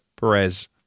Perez